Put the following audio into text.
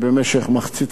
ברשת